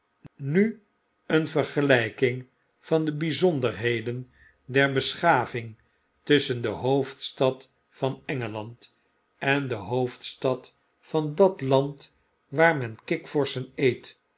nu een vergelyking van de bijzonderheden der beschaving tusschen de hoofdstad van engeland en de hoofdstad van dat land waar men kikvorschen eet